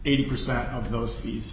eighty percent of those fees